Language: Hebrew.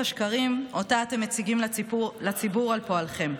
השקרים שאותן אתם מציגים לציבור על פועלכם.